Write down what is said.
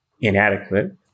inadequate